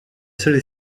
seule